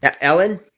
Ellen